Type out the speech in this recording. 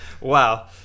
Wow